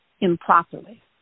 improperly